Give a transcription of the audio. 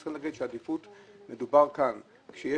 צריך לומר שמדובר כאן על